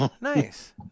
Nice